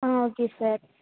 ah okay sir